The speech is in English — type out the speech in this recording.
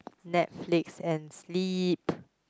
Netflix and sleep